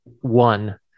one